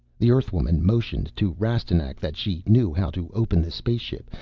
the earthwoman motioned to rastignac that she knew how to open the spaceship,